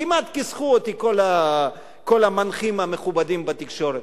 כמעט כיסחו אותי כל המנחים המכובדים בתקשורת.